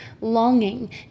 longing